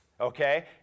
okay